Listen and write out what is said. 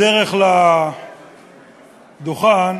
בדרך לדוכן